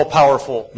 powerful